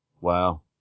Wow